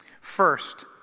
First